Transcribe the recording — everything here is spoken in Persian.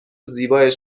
زیبای